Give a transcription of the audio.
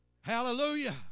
Hallelujah